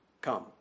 come